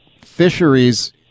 fisheries